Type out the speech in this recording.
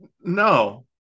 no